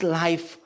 life